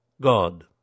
God